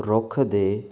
ਰੁੱਖ ਦੇ